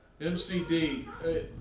MCD